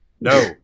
no